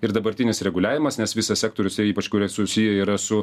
ir dabartinis reguliavimas nes visas sektorius ir ypač kurie susiję yra su